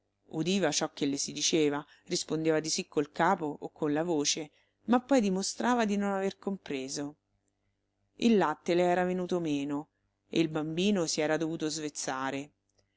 udiva ciò che le si diceva rispondeva di sì col capo o con la voce ma poi dimostrava di non aver compreso il latte le era venuto meno e il bambino si era dovuta svezzare